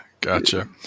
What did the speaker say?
Gotcha